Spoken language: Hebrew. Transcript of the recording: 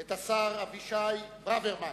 את השר אבישי ברוורמן,